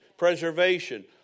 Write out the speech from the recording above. Preservation